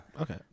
okay